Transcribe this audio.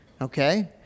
Okay